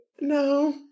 No